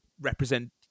represent